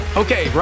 okay